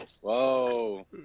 Whoa